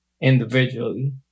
individually